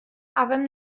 avem